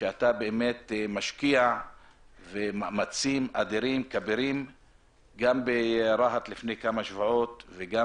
שאתה משקיע מאמצים אדירים גם ברהט וגם